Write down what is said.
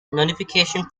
notification